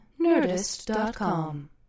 nerdist.com